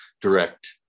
direct